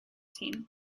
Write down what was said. team